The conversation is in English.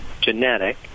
genetic